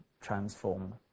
transform